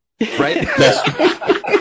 Right